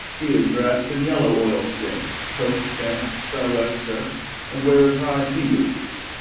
he is dressed in yellow oilskins coat, pants, sou'wester and wears high sea-boots.